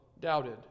doubted